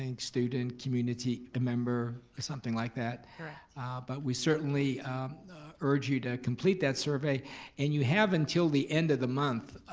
and student, community member, something like that. but we certainly urge you to complete that survey and you have until the end of the month.